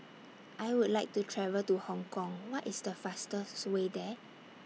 I Would like to travel to Hong Kong What IS The fastest Way There